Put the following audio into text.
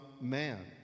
man